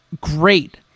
great